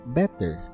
better